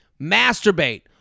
masturbate